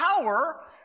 power